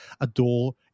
adore